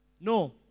No